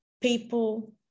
people